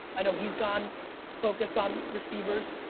i know he's gone focused on receivers.